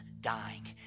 dying